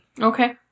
Okay